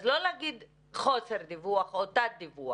אז לא להגיד חוסר דיווח או תת-דיווח.